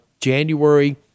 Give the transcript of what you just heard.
January